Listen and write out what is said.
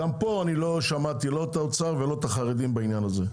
גם פה לא שמעתי לא את האוצר ולא את החרדים בעניין הזה.